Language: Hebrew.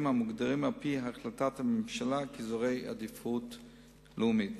המוגדרים על-פי החלטת הממשלה כאזורי עדיפות לאומית.